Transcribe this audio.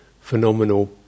phenomenal